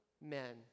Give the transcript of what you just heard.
men